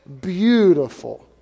beautiful